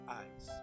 eyes